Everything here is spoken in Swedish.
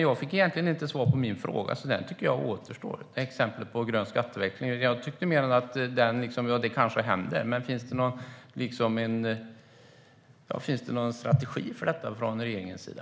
Jag fick ju inte svar på min fråga om exempel på grön skatteväxling, så den återstår. Det kanske händer, sa Matilda Ernkrans. Men har regeringen någon strategi för detta?